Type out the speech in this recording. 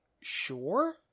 Sure